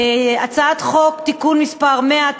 את הצעת חוק התכנון והבנייה (תיקון מס' 100),